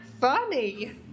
funny